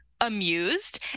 amused